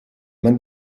man